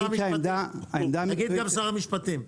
תגיד גם שר המשפטים.